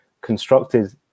constructed